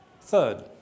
Third